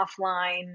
offline